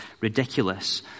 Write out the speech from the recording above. ridiculous